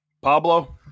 Pablo